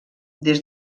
des